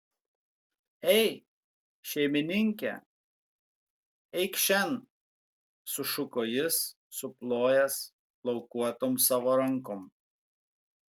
ei šeimininke eik šen sušuko jis suplojęs plaukuotom savo rankom